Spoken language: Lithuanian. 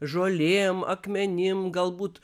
žolėm akmenim galbūt